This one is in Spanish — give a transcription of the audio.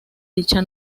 dicha